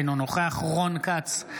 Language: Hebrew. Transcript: אינו נוכח רון כץ,